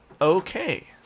Okay